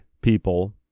people